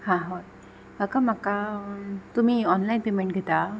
हा हय काका म्हाका तुमी ऑनलायन पेमेंट घेतां